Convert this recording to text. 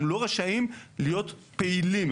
הם לא רשאים להיות פעילים,